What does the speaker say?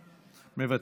מוותר,